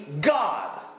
God